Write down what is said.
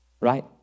right